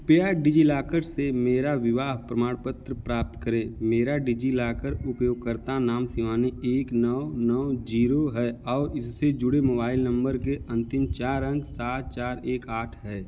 कृपया डिजिलॉकर से मेरा विवाह प्रमाण पत्र प्राप्त करें मेरा डिजिलॉकर उपयोगकर्ता नाम शिवानी एक नौ नौ जीरो है और इससे जुड़े मोबाइल नम्बर के अंतिम चार अंक सात चार एक आठ हैं